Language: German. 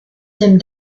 dem